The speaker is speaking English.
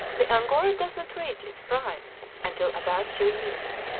the angora does not reach its prime until about two years.